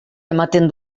ematen